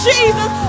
Jesus